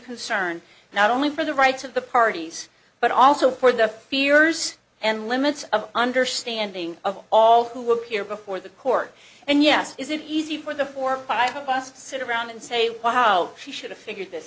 concern not only for the rights of the parties but also for the fears and limits of understanding of all who were here before the court and yes is it easy for the four or five of us to sit around and say wow she should have figured this